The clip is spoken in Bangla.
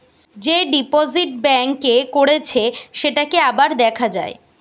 যে ডিপোজিট ব্যাঙ্ক এ করেছে সেটাকে আবার দেখা যায়